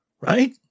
right